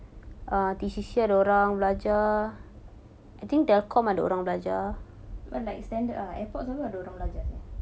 err di C_C ada orang belajar I think telcom ada orang belajar err airport also ada orang belajar seh